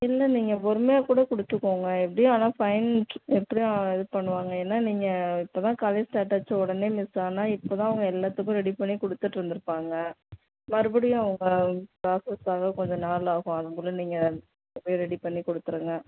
இல்லை நீங்கள் பொறுமையாகக்கூட கொடுத்துக்கோங்க எப்படியும் ஆனால் ஃபைன் எப்படியும் ஆனால் இது பண்ணுவாங்க ஏன்னா நீங்கள் இப்போதான் காலேஜ் ஸ்டார்ட் ஆச்சு உடனே மிஸ் ஆனால் இப்போதான் அவங்க எல்லோத்துக்கும் ரெடி பண்ணி கொடுத்துட்ருந்துருப்பாங்க மறுபடியும் அவங்க ப்ராசஸ் ஆக கொஞ்சம் நாள் ஆகும் அதுக்குள்ளே நீங்கள் ரெடி பண்ணிக் கொடுத்துருங்க